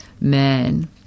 man